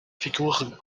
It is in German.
figuren